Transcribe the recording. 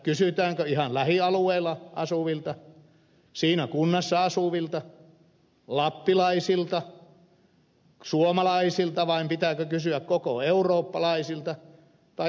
kysytäänkö ihan lähialueella asuvilta siinä kunnassa asuvilta lappilaisilta suomalaisilta vai pitääkö kysyä kaikilta eurooppalaisilta tai afrikkalaisilta